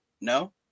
no